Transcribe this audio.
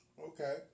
Okay